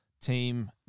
team